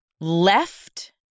left